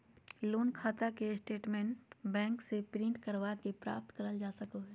loan खाता के statement bank से प्रिंट करवा के प्राप्त करल जा सको हय